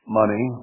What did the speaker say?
money